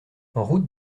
route